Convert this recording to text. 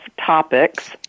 topics